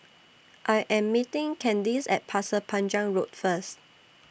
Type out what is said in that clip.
I Am meeting Kandice At Pasir Panjang Road First